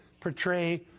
portray